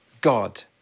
God